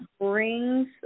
brings